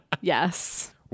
Yes